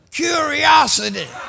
curiosity